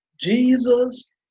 Jesus